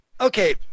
okay